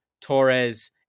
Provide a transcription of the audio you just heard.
Torres